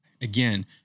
Again